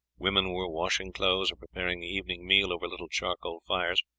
women were washing clothes or preparing the evening meal over little charcoal fires.